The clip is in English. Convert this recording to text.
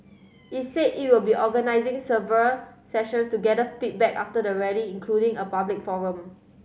it said it will be organising several sessions to gather feedback after the Rally including a public forum